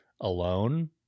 alone